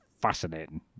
fascinating